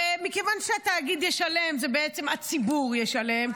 ומכיוון שהתאגיד ישלם זה בעצם הציבור ישלם,